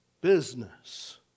business